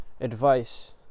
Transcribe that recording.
advice